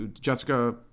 Jessica